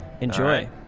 Enjoy